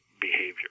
behavior